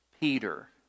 Peter